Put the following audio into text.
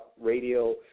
Radio